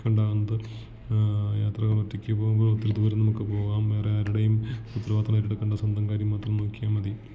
ഉണ്ടാവുന്നത് യാത്രകൾ ഒറ്റയ്ക്ക് പോകുമ്പോൾ ഒത്തിരി ദൂരം നമുക്ക് പോകാം വേറെ ആരുടെയും ഉത്തരവാദിത്വം ഏറ്റെടുക്കണ്ട സ്വന്തം കാര്യം മാത്രം നോക്കിയാൽ മതി